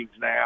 now